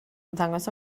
ymddangos